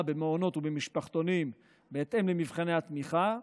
במעונות ובמשפחתונים בהתאם למבחני התמיכה,